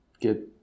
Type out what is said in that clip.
Get